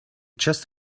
just